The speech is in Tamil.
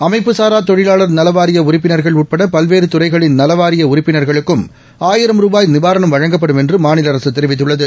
அமைப்புசாரா தொழிலாளா் நலவாரிய உறுப்பினா்கள் உட்பட பல்வேறு துறைகளின் நலவாரிய உறுப்பினா்களுக்கும் ஆயிரம் ரூபாய் நிவாரணம் வழங்கப்படும் என்றும் மாநில அரசு தெரிவித்துள்ளது